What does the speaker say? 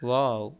wow